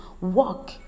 walk